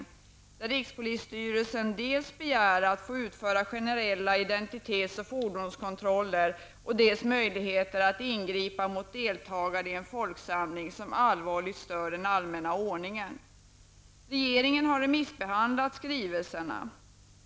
Där begär rikspolisstyrelsen dels att få utföra generella identitets och fordonskontroller, dels möjligheter att ingripa mot deltagare i en folksamling som allvarligt stör den allmänna ordningen. Regeringen har remissbehandlat skrivelserna.